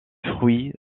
fruits